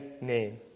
name